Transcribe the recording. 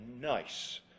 nice